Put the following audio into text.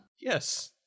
Yes